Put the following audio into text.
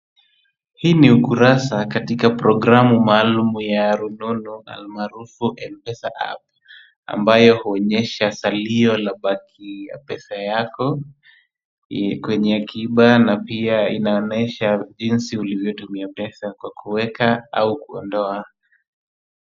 Hii ni ukurasa katika programu maalum ya rununu almarufu Mpesa App ambayo uonyesha zalio la baki ya pesa yako kwenye akiba na pia inaonyesha jinsi ulivyotumia pesa kwa kuweka au kuondoa.